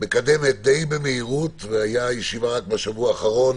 מקדמת די במהירות, והייתה ישיבה רק בשבוע האחרון,